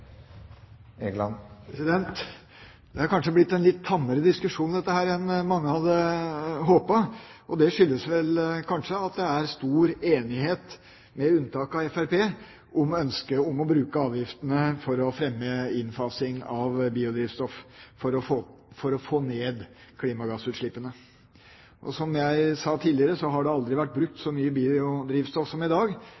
dag. Det har kanskje blitt en litt tammere diskusjon enn mange hadde håpet på. Det skyldes kanskje at det er stor enighet, med unntak for Fremskrittspartiet, om ønsket om å bruke avgiftene til å fremme innfasing av biodrivstoff for å få ned klimagassutslippene. Som jeg sa tidligere, har det aldri vært brukt